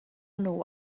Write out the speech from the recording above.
nhw